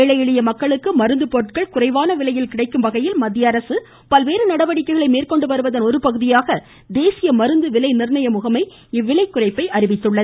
ஏழை எளிய மக்களுக்கு மருந்து பொருட்கள் குறைவான விலையில் கிடைக்கும்வகையில் மத்தியஅரசு பல்வேறு நடவடிக்கைகளை மேற்கொண்டு வருவதின் ஒரு பகுதியாக தேசிய மருந்து விலை நிர்ணய முகமை இவ்விலை குறைப்பை அறிவித்துள்ளது